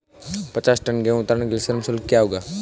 पचास टन गेहूँ उतारने के लिए श्रम शुल्क क्या होगा?